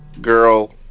girl